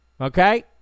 Okay